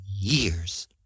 years